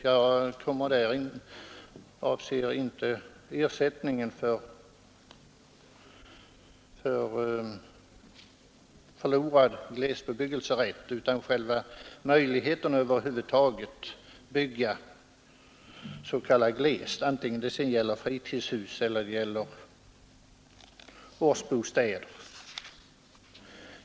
Jag avser då inte ersättningen för förlorad rätt till glesbebyggelse utan själva möjligheten att över huvud taget bygga glest, oavsett om det gäller fritidshus eller årsbostäder.